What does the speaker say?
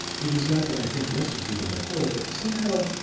it is not that i think less of you than before, but somehow,